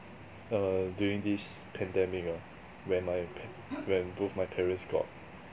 err during this pandemic ah when my pa~ when both my parents got